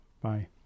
Bye